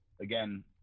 again